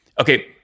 Okay